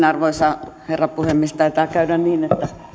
arvoisa herra puhemies taitaa käydä niin että